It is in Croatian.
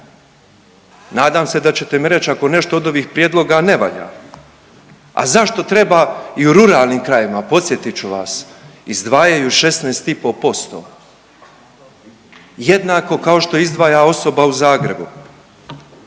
Nadam se da ćete mi reći ako nešto od ovih prijedloga ne valja. A zašto treba i u ruralnim krajevima? Podsjetit ću vas. Izdvajaju 16 i pol posto jednako kao što izdvaja osoba u Zagrebu